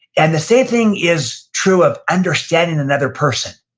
and the same thing is true of understanding another person.